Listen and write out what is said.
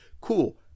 cool